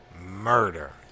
Murder